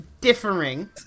differing